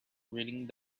raining